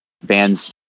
bands